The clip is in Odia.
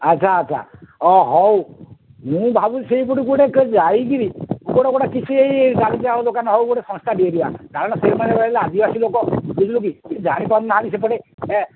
ଆଚ୍ଛା ଆଚ୍ଛା ହଁ ହଉ ମୁଁ ଭାବୁଛି ସେଇପଟୁ କୁଆଡ଼େ ଗୋଟେ ଯାଇକରି କୁଆଡେ ଗୋଟେ କିଛି ଏଇ ଡାଲି ଚାଉଳ ଦୋକାନ ହଉ ଗୋଟେ ସଂସ୍ଥା ଦେଇଦିଆନ୍ତି କାରଣ ସେମାନେ ହେଲେ ଆଦିବାସୀ ଲୋକ ବୁଝିଲୁ କି ସେ ଜାଣିପାରୁନାହାନ୍ତି ସେପଟେ ଏଁ